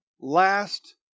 last